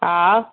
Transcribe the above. हा